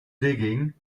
digging